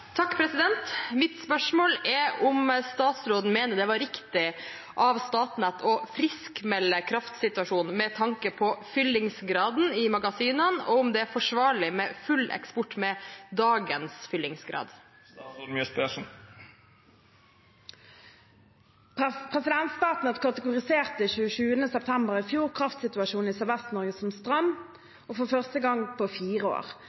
statsråden det var riktig av Statnett å friskmelde kraftsituasjonen med tanke på fyllingsgraden i magasinene; og er det forsvarlig med full eksport med dagens fyllingsgrad?» Statnett kategoriserte 27. september i fjor kraftsituasjonen i Sørvest-Norge som stram, for første gang på fire år.